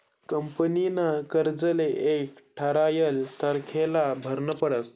कंपनीना कर्जले एक ठरायल तारीखले भरनं पडस